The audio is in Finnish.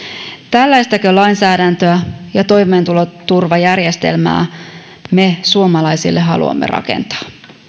tällaistako lainsäädäntöä ja toimeentuloturvajärjestelmää me suomalaisille haluamme rakentaa